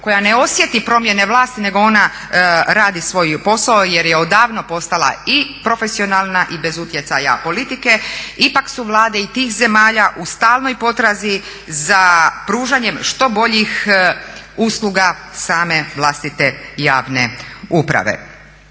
koja ne osjeti promjene vlasti nego ona radi svoj posao jer je odavno postala i profesionalna i bez utjecaja politike ipak su vlade i tih zemalja u stalnoj potrazi za pružanjem što boljih usluga same vlastite javne uprave.